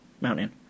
mountain